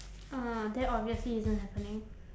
uh that obviously isn't happening